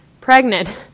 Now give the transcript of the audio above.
pregnant